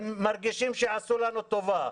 הם מרגישים שעשו לנו טובה.